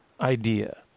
idea